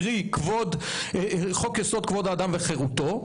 קרי חוק יסוד: כבוד האדם וחירותו,